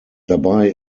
dabei